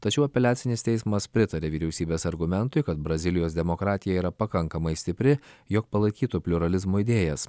tačiau apeliacinis teismas pritarė vyriausybės argumentui kad brazilijos demokratija yra pakankamai stipri jog palaikytų pliuralizmo idėjas